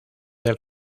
del